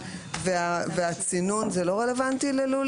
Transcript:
הצינון לא רלוונטי ללול?